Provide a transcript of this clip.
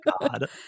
God